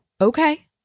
okay